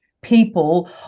people